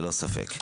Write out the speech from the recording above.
ללא ספק.